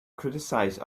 criticize